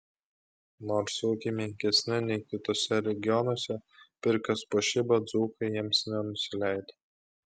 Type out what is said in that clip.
nors ūkiai menkesni nei kituose regionuose pirkios puošyba dzūkai jiems nenusileido